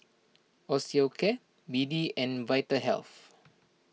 Osteocare B D and Vitahealth